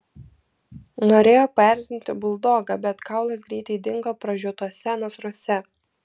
norėjo paerzinti buldogą bet kaulas greitai dingo pražiotuose nasruose